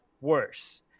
worse